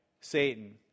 Satan